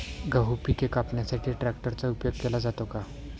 गहू पिके कापण्यासाठी ट्रॅक्टरचा उपयोग केला जातो का?